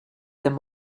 them